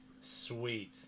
Sweet